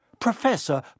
Professor